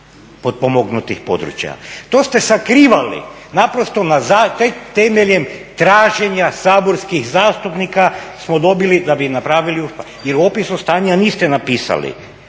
potpomognutih područja. To ste sakrivali naprosto, tek temeljem traženja saborskih zastupnika smo dobili da bi napravili … jer u opisu stanja niste napisali